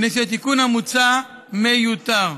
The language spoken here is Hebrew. מפני שהתיקון המוצע מיותר.